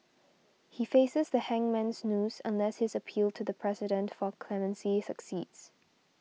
he faces the hangman's noose unless his appeal to the President for clemency succeeds